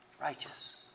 Righteous